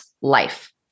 life